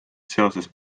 seoses